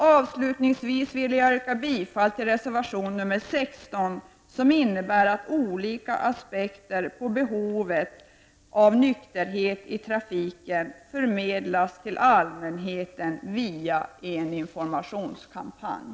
Avslutningsvis vill jag yrka bifall till reservation nr 16, som innebär att olika aspekter på behovet av nykterhet i trafiken förmedlas till allmänheten via en informationskampanj.